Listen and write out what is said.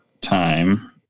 time